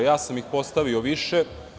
Ja sam ih postavio više.